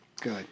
Good